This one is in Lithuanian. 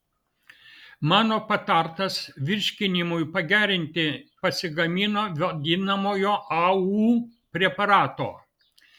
mano patartas virškinimui pagerinti pasigamino vadinamojo au preparato